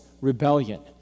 rebellion